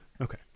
Okay